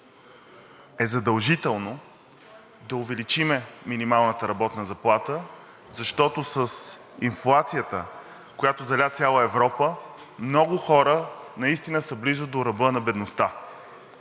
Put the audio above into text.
е задължително да увеличим минималната работна заплата, защото с инфлацията, която заля цяла Европа, много хора наистина са близо до ръба на бедността.